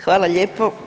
Hvala lijepo.